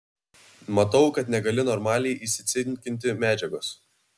matau kad negali normaliai įsicinkinti medžiagos